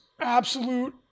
absolute